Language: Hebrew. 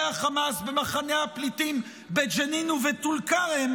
החמאס במחנות הפליטים בג'נין ובטול כרם,